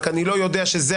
זה לא שיורי.